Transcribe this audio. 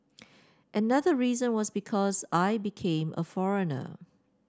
another reason was because I became a foreigner